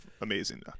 Amazing